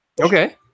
Okay